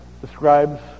describes